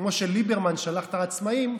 כמו שליברמן שלח את העצמאים,